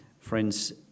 Friends